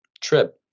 trip